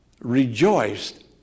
rejoiced